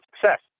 success